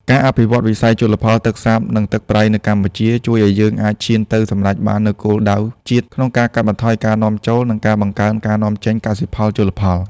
ការអភិវឌ្ឍវិស័យជលផលទឹកសាប និងទឹកប្រៃនៅកម្ពុជា ជួយឱ្យយើងអាចឈានទៅសម្រេចបាននូវគោលដៅជាតិក្នុងការកាត់បន្ថយការនាំចូល និងការបង្កើនការនាំចេញកសិផលជលផល។